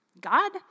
God